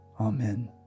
Amen